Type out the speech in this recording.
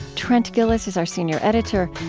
trent gilliss is our senior editor.